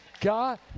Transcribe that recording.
God